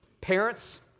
Parents